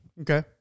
Okay